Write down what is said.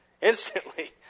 instantly